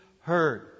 heard